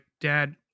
dad